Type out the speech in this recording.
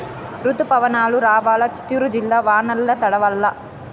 రుతుపవనాలు రావాలా చిత్తూరు జిల్లా వానల్ల తడవల్ల